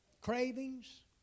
cravings